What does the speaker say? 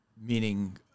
meaning